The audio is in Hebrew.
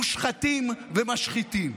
מושחתים ומשחיתים.